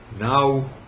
Now